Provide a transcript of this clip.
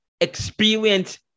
experience